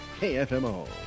KFMO